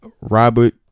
Robert